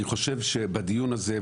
אני חושב שבדיון הזה,